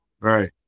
Right